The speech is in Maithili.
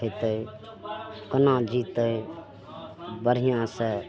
खएतै कोना जितै बढ़िआँसे